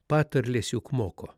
patarlės juk moko